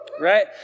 right